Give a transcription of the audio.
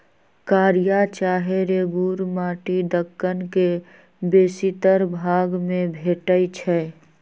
कारिया चाहे रेगुर माटि दक्कन के बेशीतर भाग में भेटै छै